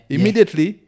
Immediately